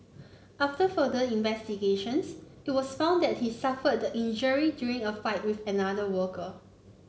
after further investigations it was found that he suffered the injury during a fight with another worker